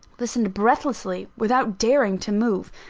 listened breathlessly, without daring to move.